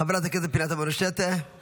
חברת הכנסת פנינה תמנו, בבקשה.